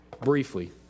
briefly